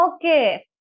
Okay